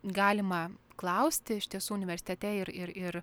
galima klausti iš tiesų universitete ir ir ir